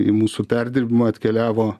į mūsų perdirbimą atkeliavo